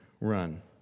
run